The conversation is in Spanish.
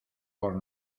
por